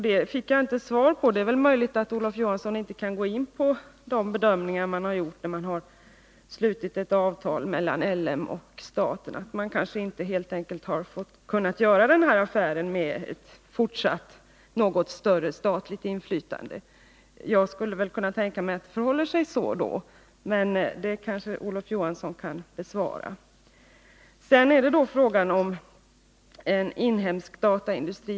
Detta fick jag inte svar på — det är möjligt att Olof Johansson inte kan gå in på de bedömningar som gjorts när det slutits avtal mellan LME och staten. Man har kanske helt enkelt inte kunnat genomföra den här affären med ett något större statligt inflytande i fortsättningen. Jag skulle kunna tänka mig att det förhåller sig så, men det kanske Olof Johansson kan svara på. Sedan till frågan om en inhemsk dataindustri.